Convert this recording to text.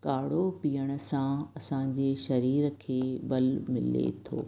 काढ़ो पीअण सां असांजे शरीर खे ॿल मिले थो